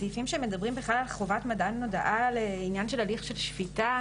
אלה סעיפים שמדברים בכלל על חובת מתן הודעה לעניין של הליך של שפיטה.